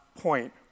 point